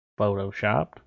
Photoshopped